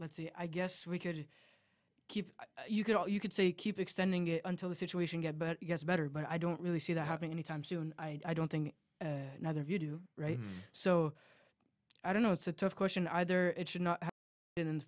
let's see i guess we could keep you could or you could say keep extending it until the situation get but yes better but i don't really see that happening any time soon i don't thing neither of you do right so i don't know it's a tough question either it should not have been in the